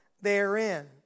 therein